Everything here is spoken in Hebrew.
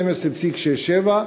12.67,